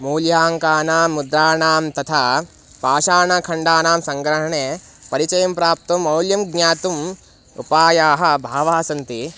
मूल्याङ्कानां मुद्राणां तथा पाषाणखण्डानां सङ्ग्रहणे परिचयं प्राप्तुं मौल्यं ज्ञातुम् उपायाः बहवः सन्ति